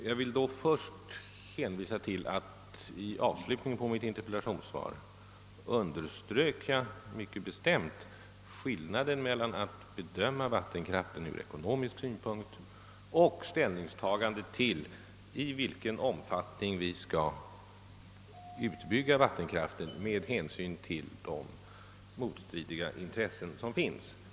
Jag vill då först hänvisa till att jag i avslutningen på mitt interpellationssvar mycket bestämt underströk skillnaden mellan att bedöma vattenkraften ur ekonomisk synpunkt och att ta ställning till i vilken omfattning vi skall utnyttja vattenkraft, eftersom intressena är så motstridiga.